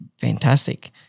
fantastic